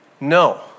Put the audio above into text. No